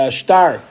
star